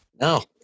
No